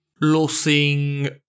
losing